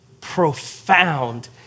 profound